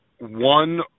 one